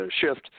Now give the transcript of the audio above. shift